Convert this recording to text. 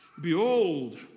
Behold